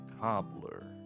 Cobbler